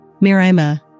Miraima